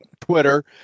Twitter